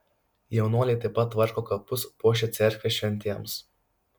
jaunuoliai taip pat tvarko kapus puošia cerkvę šventėms